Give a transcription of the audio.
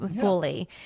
fully